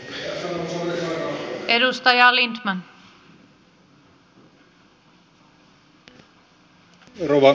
rouva puhemies